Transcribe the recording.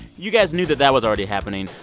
you guys knew that that was already happening,